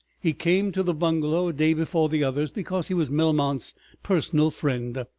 he came to the bungalow a day before the others, because he was melmount's personal friend.